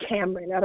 Cameron